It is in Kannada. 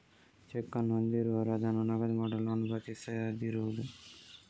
ಚೆಕ್ ಅನ್ನು ಹೊಂದಿರುವವರು ಅದನ್ನು ನಗದು ಮಾಡಲು ಅನುಮತಿಸದಿರುವುದು